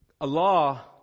Allah